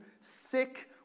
sick